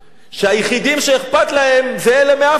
שהיחידים שאכפת להם מהם זה אלה מאפריקה,